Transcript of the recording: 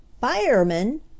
Fireman